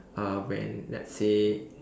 uh when let's say